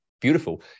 beautiful